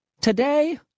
Today